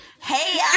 hey